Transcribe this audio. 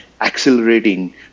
accelerating